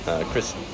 Chris